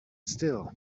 still